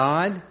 God